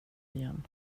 igen